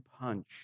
punch